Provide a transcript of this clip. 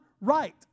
right